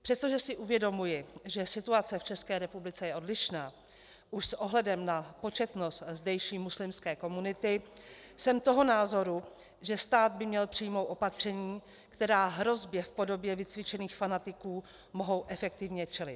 Přestože si uvědomuji, že situace v České republice je odlišná už s ohledem na početnost zdejší muslimské komunity, jsem toho názoru, že stát by měl přijmout opatření, která hrozbě v podobě vycvičených fanatiků mohou efektivně čelit.